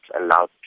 allowed